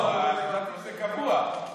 חשבתי שזה קבוע.